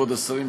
כבוד השרים,